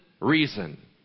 reason